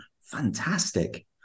fantastic